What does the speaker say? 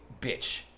bitch